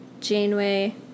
Janeway